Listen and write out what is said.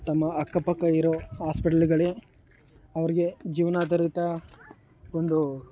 ತಮ್ಮ ಅಕ್ಕಪಕ್ಕ ಇರೋ ಆಸ್ಪಿಟಲ್ಗಳೇ ಅವರಿಗೆ ಜೀವನಾಧಾರಿತ ಒಂದು